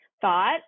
thought